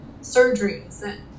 surgeries